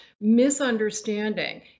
misunderstanding